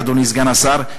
אדוני סגן השר,